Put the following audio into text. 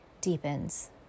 deepens